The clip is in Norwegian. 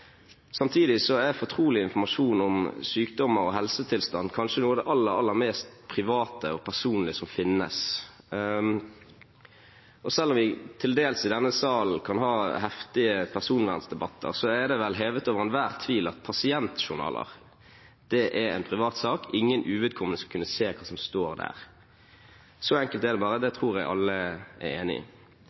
Samtidig er fortrolig informasjon om sykdommer og helsetilstand kanskje noe av det aller mest private og personlige som finnes. Selv om vi til dels i denne salen kan ha heftige personverndebatter, er det vel hevet over enhver tvil at pasientjournaler er en privatsak – uvedkommende skal ikke kunne se hva som står der. Så enkelt er det bare, det tror jeg alle er enig i.